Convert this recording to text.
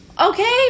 Okay